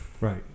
Right